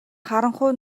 харанхуй